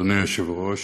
אדוני היושב-ראש,